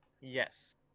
yes